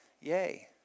Yay